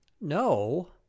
No